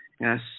Yes